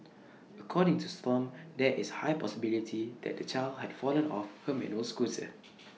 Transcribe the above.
according to stomp there is A high possibility that the child had fallen off her manual scooser